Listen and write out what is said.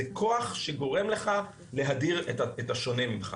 זה כוח להדיר ממך את השונה ממך.